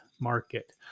market